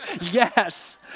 yes